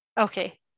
okay